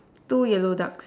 two yellow ducks